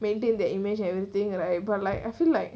maintain their image and everything and I but like I feel like